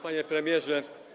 Panie Premierze!